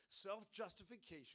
Self-justification